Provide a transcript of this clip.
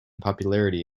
popularity